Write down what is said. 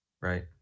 Right